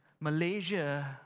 Malaysia